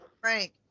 frank